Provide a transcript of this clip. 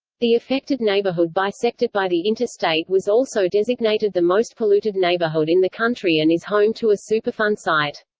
the affected neighborhood bisected by the interstate was also designated the most polluted neighborhood in the country and is home to a superfund site.